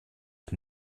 ich